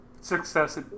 Success